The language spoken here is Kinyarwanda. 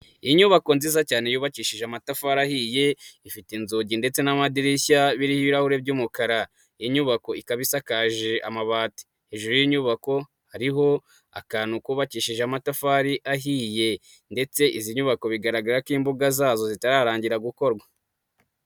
Iyi nyubako nziza cyane yubakishije amatafari ahiye, ifite inzugi ndetse n'amadirishya biriho ibirahuri by'umukara, inyubako ikabasakaje amabati, hejuru y'inyubako hariho akantu kubabakishije amatafari ahiye ndetse izi nyubako bigaragara ko imbuga zazo zitararangira gukorwa.